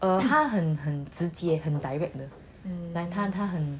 err 他很直接很 direct 的那种 like 他很